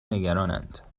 نگرانند